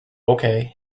okay